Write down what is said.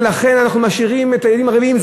ולכן אנחנו משאירים את הילדים רעבים,